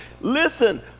Listen